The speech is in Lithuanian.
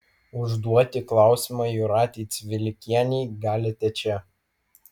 užduoti klausimą jūratei cvilikienei galite čia